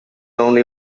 only